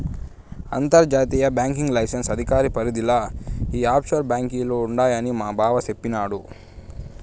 అంతర్జాతీయ banking licence అధికార పరిదిల ఈ ఆప్షోర్ బాంకీలు ఉండాయని మాబావ సెప్పిన్నాడు